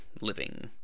living